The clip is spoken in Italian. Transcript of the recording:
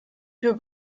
più